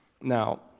Now